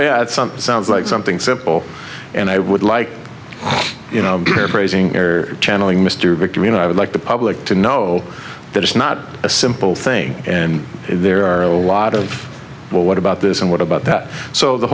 something sounds like something simple and i would like you know praising air channeling mr victim you know i would like the public to know that it's not a simple thing and there are a lot of well what about this and what about that so the